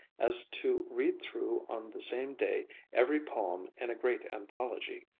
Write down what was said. as to read through on the same day every poem in a great anthology.